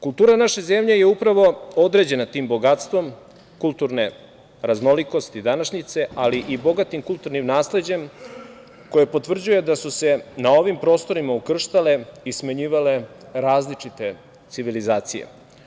Kultura naše zemlje je upravo određena tim bogatstvom kulturne raznolikosti današnjice, ali i bogatim kulturnim nasleđem koje potvrđuje da su se na ovim prostorima ukrštale i smenjivale različite civilizacije.